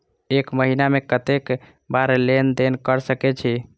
एक महीना में केतना बार लेन देन कर सके छी?